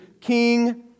king